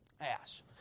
ass